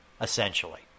essentially